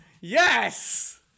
Yes